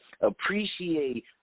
Appreciate